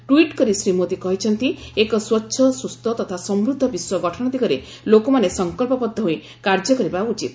tweet କରି ଶ୍ରୀ ମୋଦି କହିଛନ୍ତି ଏକ ସ୍ୱଚ୍ଛ ସୁସ୍ଥ ତଥା ସମୃଦ୍ଧ ବିଶ୍ୱ ଗଠନ ଦିଗରେ ଲୋକମାନେ ସଂକଳ୍ପବଦ୍ଧ ହୋଇ କାର୍ଯ୍ୟ କରିବା ଉଚିତ